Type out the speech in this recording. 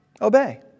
obey